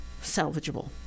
salvageable